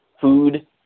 food